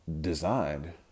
designed